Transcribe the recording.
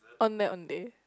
ondeh-ondeh